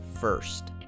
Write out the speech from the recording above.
first